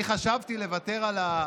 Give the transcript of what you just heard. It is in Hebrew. אני חשבתי לוותר על,